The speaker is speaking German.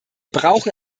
brauchen